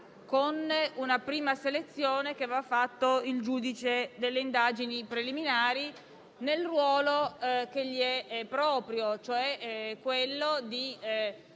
con una prima selezione fatta dal giudice per le indagini preliminari nel ruolo che gli è proprio, e cioè quello di